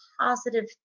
positive